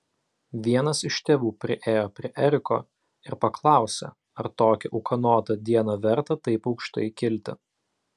vienas iš tėvų priėjo prie eriko ir paklausė ar tokią ūkanotą dieną verta taip aukštai kilti